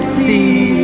see